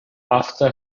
after